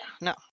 no